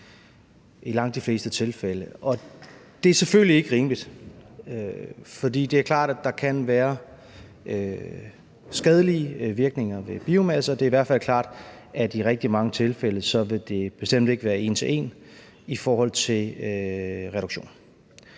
i langt de fleste tilfælde, og det er selvfølgelig ikke rimeligt, for det er klart, at der kan være skadelige virkninger ved biomasse, og det er i hvert fald klart, at i rigtig mange tilfælde vil det bestemt ikke være en til en i forhold til reduktion.